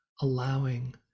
allowing